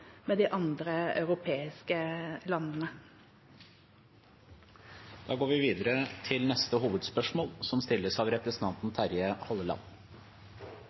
med de andre europeiske landene. Vi går videre til neste hovedspørsmål. Da har jeg gleden av